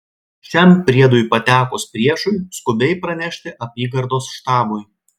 šiam priedui patekus priešui skubiai pranešti apygardos štabui